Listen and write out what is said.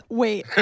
wait